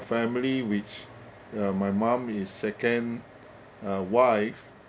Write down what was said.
family which uh my mum is second uh wife